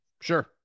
Sure